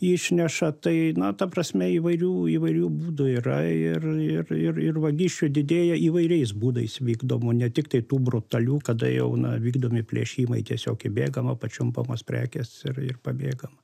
išneša tai na ta prasme įvairių įvairių būdų yra ir ir ir ir vagysčių didėja įvairiais būdais vykdomų ne tiktai tų brutalių kada jau na vykdomi plėšimai tiesiog įbėgama pačiumpamos prekes ir ir pabėgama